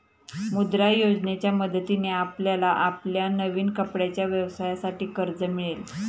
मुद्रा योजनेच्या मदतीने आपल्याला आपल्या नवीन कपड्यांच्या व्यवसायासाठी कर्ज मिळेल